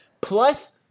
Plus